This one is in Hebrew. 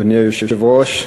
אדוני היושב-ראש,